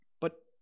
But